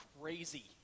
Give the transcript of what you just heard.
crazy